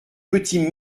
petits